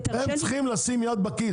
הם צריכים לשים יד בכיס.